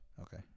Okay